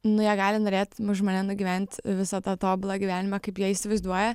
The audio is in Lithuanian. nu jie gali norėt už mane nugyvent visą tą tobulą gyvenimą kaip jie įsivaizduoja